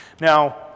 Now